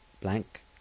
Blank